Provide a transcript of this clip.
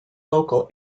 local